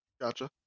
Gotcha